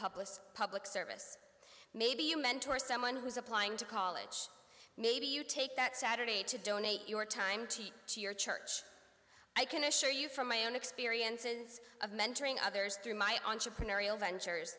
published public service maybe you mentor someone who's applying to college maybe you take that saturday to donate your time to your church i can assure you from my own experiences of mentoring others through my entrepreneurial ventures